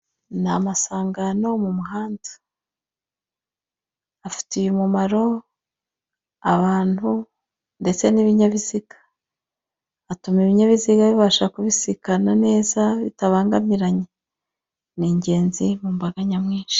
Ni amasangano mumuhanda afitiye umumaro abantu, ndetse n'ibinyabiziga. Atuma ibinyabiziga bibasha kubisikana neza bitabangamiranye. Ni ingenzi mumbaga nyamwinshi.